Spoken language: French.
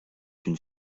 une